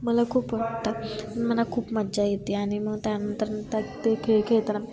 मला खूप वाटतं मला खूप मज्जा येते आणि मग त्यानंतर त्या ते खेळ खेळताना